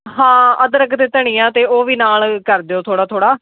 ਹਾਂ ਅਦਰਕ ਅਤੇ ਧਨੀਆ ਅਤੇ ਉਹ ਵੀ ਨਾਲ ਕਰ ਦਿਓ ਥੋੜ੍ਹਾ ਥੋੜ੍ਹਾ